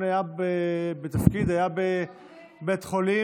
תודה רבה, גברתי.